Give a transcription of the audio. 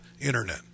Internet